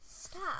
Stop